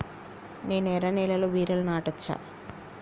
నేను ఎర్ర నేలలో బీరలు నాటచ్చా?